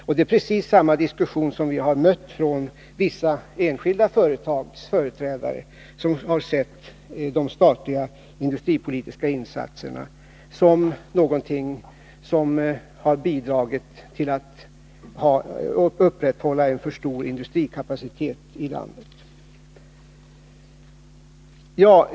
Och det är precis samma argumentering som vi har mött från företrädarna för vissa enskilda företag; de har sett de statliga industripolitiska insatserna som någonting som har bidragit till att upprätthålla en för stor industrikapacitet i landet.